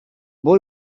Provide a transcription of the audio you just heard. boy